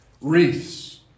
Wreaths